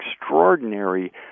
extraordinary